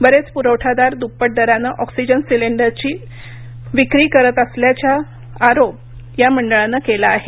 बरेच पुरवठादार दृप्पट दरानं ऑक्सिजन सिलिंडरची विक्री करत असल्याचा आरोप या मंडळानं केला आहे